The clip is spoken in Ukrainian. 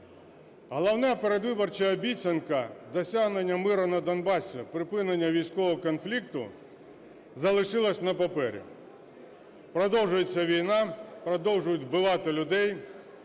Головна передвиборча обіцянка – досягнення миру на Донбасі, припинення військового конфлікту – залишилась на папері: продовжується війна, продовжують вбивати людей.